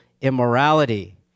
immorality